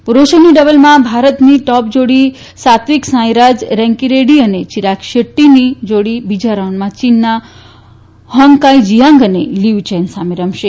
પુરુષોની ડબલમાં ભારતની ટોપ જાડી સેત્વક સાંઈ રાજ રેન્કીરેક્રી અને ચિરાગ શેટ્ટીની જાડી બીજા રાઉન્ડમાં ચીનના હોંગ કાંઈ જીયાંગ અને લીયુ ચેન સામે રમશે